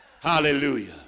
Hallelujah